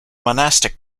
monastic